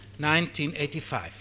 1985